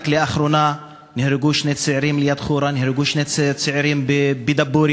רק לאחרונה נהרגו שני צעירים ליד חורה ונהרגו שני צעירים בדבורייה.